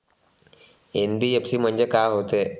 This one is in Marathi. एन.बी.एफ.सी म्हणजे का होते?